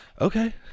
okay